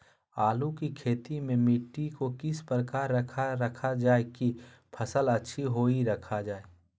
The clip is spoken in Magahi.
आलू की खेती में मिट्टी को किस प्रकार रखा रखा जाए की फसल अच्छी होई रखा जाए?